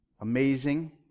amazing